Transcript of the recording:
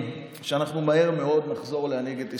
שאנחנו מהר מאוד נחזור להנהיג את ישראל.